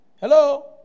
Hello